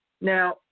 Now